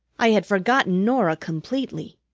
i had forgotten norah completely.